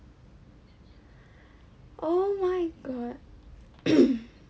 oh my god